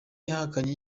yahakanye